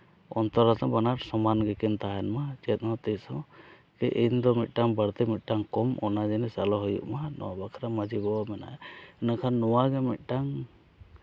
ᱚᱱᱚᱛ ᱢᱟᱱᱮ ᱵᱟᱱᱟᱨ ᱥᱚᱢᱟᱱ ᱜᱮᱠᱤᱱ ᱛᱟᱦᱮᱱ ᱢᱟ ᱪᱮᱫ ᱦᱚᱸ ᱛᱤᱸᱥ ᱦᱚᱸ ᱤᱧᱫᱚ ᱢᱤᱫᱴᱟᱝ ᱵᱟᱹᱲᱛᱤ ᱢᱤᱫᱴᱟᱝ ᱠᱚᱢ ᱚᱱᱟ ᱡᱤᱱᱤᱥ ᱟᱞᱚ ᱦᱩᱭᱩᱜ ᱢᱟ ᱱᱚᱣᱟ ᱵᱟᱠᱷᱨᱟ ᱢᱟᱹᱡᱷᱤ ᱵᱟᱵᱟ ᱢᱮᱱᱟᱭᱟ ᱤᱱᱟᱹᱠᱷᱟᱱ ᱱᱚᱣᱟᱜᱮ ᱢᱤᱫᱴᱟᱱ